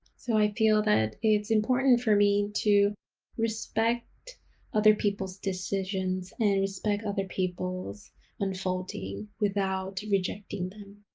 so i feel that it's important for me to respect other people's decisions and respect other people's unfolding without rejecting them.